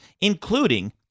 including